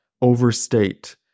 overstate